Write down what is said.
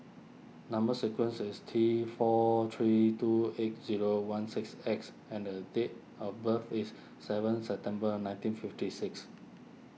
Number Sequence is T four three two eight zero one six X and a date of birth is seven September nineteen fifty six